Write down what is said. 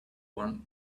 won